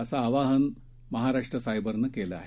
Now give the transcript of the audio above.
असं आवाहन महाराष्ट्र सायबरनं केलं आहे